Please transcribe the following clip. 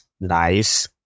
Nice